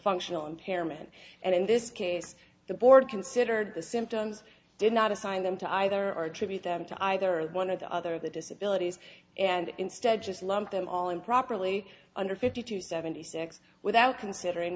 functional impairment and in this case the board considered the symptoms did not assign them to either or attribute them to either one of the other the disability and instead just lump them all improperly under fifty to seventy six without considering